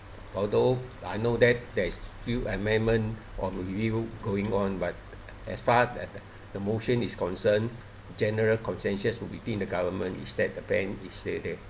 although I know that there is few amendment or review going on but as far as the motion is concerned general consensus within the government is that the ban is still there